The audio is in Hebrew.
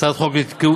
הצעת חוק לתיקון,